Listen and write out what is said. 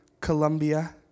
Colombia